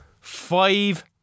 five